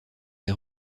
des